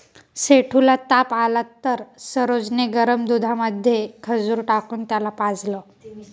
सेठू ला ताप आला तर सरोज ने गरम दुधामध्ये खजूर टाकून त्याला पाजलं